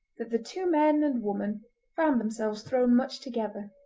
that the two men and woman found themselves thrown much together.